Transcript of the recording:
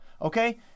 Okay